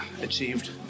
achieved